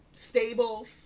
stables